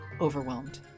overwhelmed